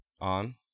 on